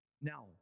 Now